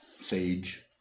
sage